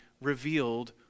revealed